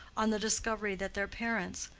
on the discovery that their parents,